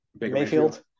Mayfield